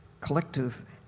collective